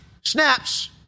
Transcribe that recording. snaps